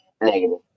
negative